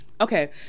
Okay